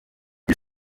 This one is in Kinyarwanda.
iri